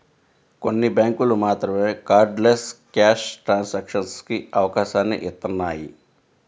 కొన్ని బ్యేంకులు మాత్రమే కార్డ్లెస్ క్యాష్ ట్రాన్సాక్షన్స్ కి అవకాశాన్ని ఇత్తన్నాయి